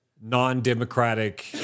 non-democratic